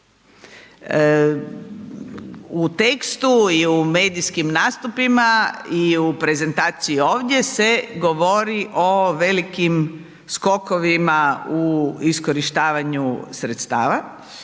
U tekstu i u medijskim natpisima i u prezentaciji ovdje se govori o velikim skokovima u iskorištavanju sredstava